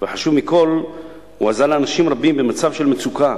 והחשוב מכול, הוא עזר לאנשים רבים במצב של מצוקה,